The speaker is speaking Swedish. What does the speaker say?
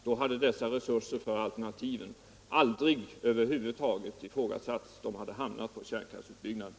Då hade dessa resurser för alternativen aldrig över huvud taget ifrågasatts. De hade hamnat på kärnkraftsutbyggnaden.